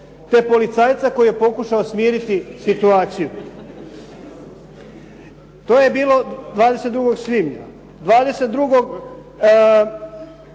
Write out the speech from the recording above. te policajca koji je pokušao smiriti situaciju. To je bilo 20. svibnja. 22.